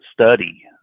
study